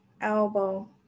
elbow